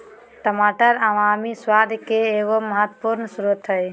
टमाटर उमामी स्वाद के एगो महत्वपूर्ण स्रोत हइ